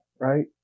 right